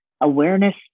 awareness